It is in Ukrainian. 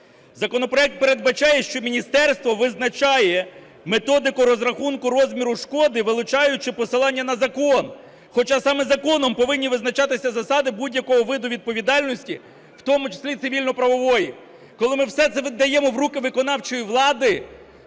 Законопроект передбачає, що міністерство визначає методику розрахунку розміру шкоди, вилучаючи посилання на закон, хоча саме законом повинні визначатися засади будь-якого виду відповідальності, в тому числі цивільно-правової. Коли ми все це віддаємо в руки виконавчої влади,